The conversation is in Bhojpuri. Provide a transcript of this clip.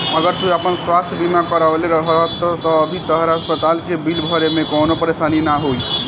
अगर तू आपन स्वास्थ बीमा करवले रहत त अभी तहरा अस्पताल के बिल भरे में कवनो परेशानी ना होईत